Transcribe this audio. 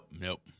Nope